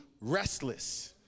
Restless